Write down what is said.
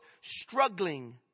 struggling